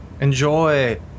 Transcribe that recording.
Enjoy